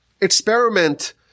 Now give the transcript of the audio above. Experiment